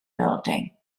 building